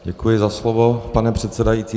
Děkuji za slovo, pane předsedající.